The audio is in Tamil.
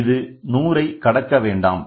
இது 100 ஐ கடக்க வேண்டாம்